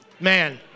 Man